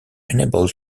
enable